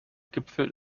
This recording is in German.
gipfel